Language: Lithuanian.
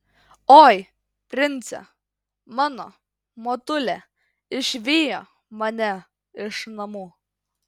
oi prince mano motulė išvijo mane iš namų